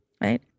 right